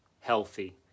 healthy